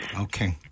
okay